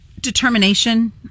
determination